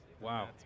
Wow